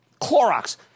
Clorox